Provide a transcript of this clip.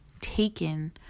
taken